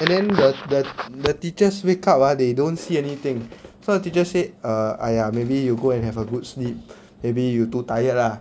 and then the the the teachers wake up ah they don't see anything so the teachers said err !aiya! maybe you go and have a good sleep maybe you too tired lah